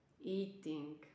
eating